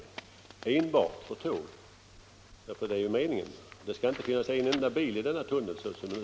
Meningen är ju att det Onsdagen den inte skall finnas en enda bil i denna tunnel som den nu är tänkt.